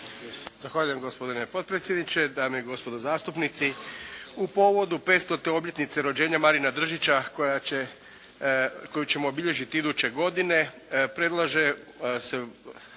Zahvaljujem gospodine potpredsjedniče. Dame i gospodo zastupnici u povodu 500. obljetnice rođenja Marina Držića koja će, koju ćemo obilježiti iduće godine predlažem